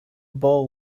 bowl